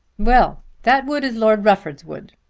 well that wood is lord rufford's wood.